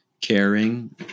caring